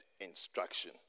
instruction